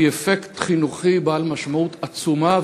היא אפקט חינוכי בעל משמעות עצומה.